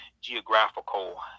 geographical